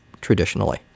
traditionally